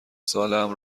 سالهام